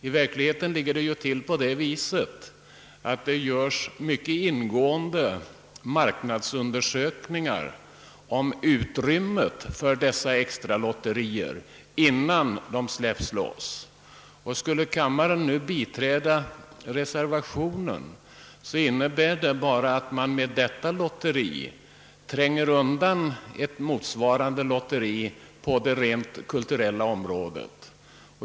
I verkligheten görs det emellertid innan man släpper loss sådana extra lotterier mycket ingående marknadsundersökningar rörande utrymmet för dem. Skulle kammaren nu biträda reservationen, skulle det bara innebära att man med detta lotteri tränger undan ett motsvarande lotteri på det rent kulturella området.